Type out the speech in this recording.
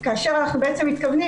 כאשר אנחנו בעצם מתכוונים,